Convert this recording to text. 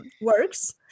works